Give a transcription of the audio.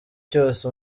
cyose